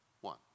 one